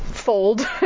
fold